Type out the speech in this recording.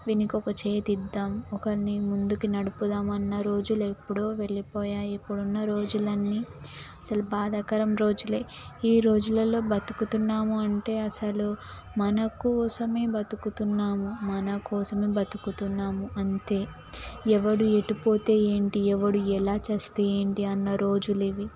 వీనికి ఒక చేయి ఇద్దాం ఒకరిని ముందుకి నడుపుదామన్న రోజులు ఎప్పుడో వెళ్ళిపోయాయి ఇప్పుడు ఉన్న రోజులన్నీ అసలు బాధాకరం రోజులే ఈ రోజులలో బతుకుతున్నాము అంటే అసలు మన కోసమే బతుకుతున్నాము మన కోసమే బతుకుతున్నాము అంతే ఎవడు ఎటు పోతే ఏంటి ఎవడు ఎలా చస్తే ఏంటి అన్న రోజులు ఇవి